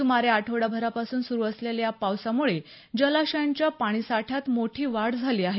सुमारे आठवडाभरापासून सुरू असलेल्या या पावसामुळे जलाशयांच्या पाणी साठ्यात मोठी वाढ झाली आहे